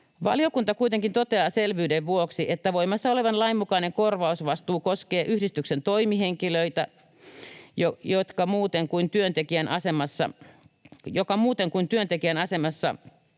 Valiokunta kuitenkin toteaa selvyyden vuoksi, että voimassa olevan lain mukainen korvausvastuu koskee yhdistyksen toimihenkilöä, joka muuten kuin työntekijän asemassa